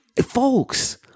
folks